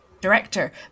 director